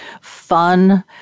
fun